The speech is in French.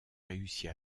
réussit